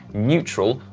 neutral,